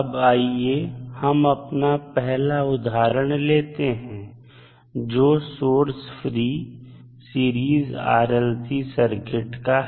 अब आइए हम अपना पहला उदाहरण लेते हैं जो source free series RLC circuit का है